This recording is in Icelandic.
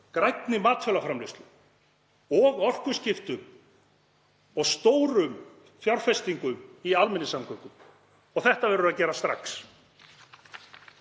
grænni matvælaframleiðslu og orkuskiptum og stórum fjárfestingum í almenningssamgöngum. Þetta verður að gera strax.